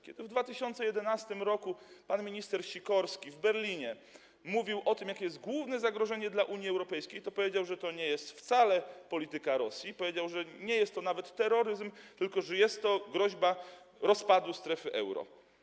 Kiedy w 2011 r. pan minister Sikorski w Berlinie mówił o tym, jakie jest główne zagrożenie dla Unii Europejskiej, to powiedział, że to nie jest wcale polityka Rosji, powiedział, że nie jest to nawet terroryzm, tylko że jest to zagrożenie rozpadem strefy euro.